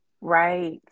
Right